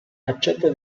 accetta